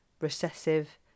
recessive